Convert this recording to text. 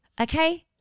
okay